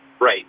Right